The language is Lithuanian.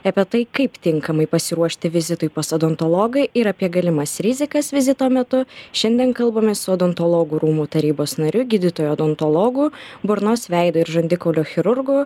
apie tai kaip tinkamai pasiruošti vizitui pas odontologą ir apie galimas rizikas vizito metu šiandien kalbamės su odontologų rūmų tarybos nariu gydytoju odontologu burnos veido ir žandikaulio chirurgu